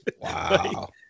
Wow